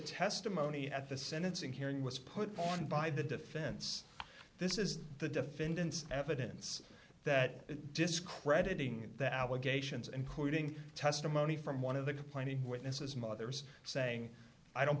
testimony at the sentencing hearing was put on by the defense this is the defendant's evidence that discrediting the allegations including testimony from one of the complaining witness as mothers saying i don't